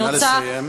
אני רוצה, נא לסיים.